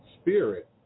spirit